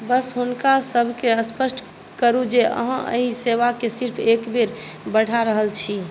बस हुनका सभकेँ स्पष्ट करु जे अहाँ एहि सेवाकेँ सिर्फ एक बेर बढ़ा रहल छी